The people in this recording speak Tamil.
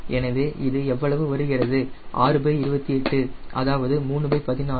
எனவே இது எவ்வளவு வருகிறது 628 அதாவது 314